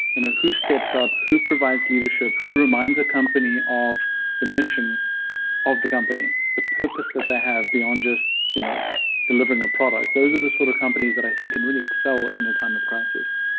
who steps up? who provides leadership? who reminds a company of the mission of the company, the purpose that they have beyond just you know delivering a product? those are the sort of companies that i think can really excel in a time of crisis.